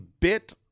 bit